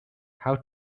how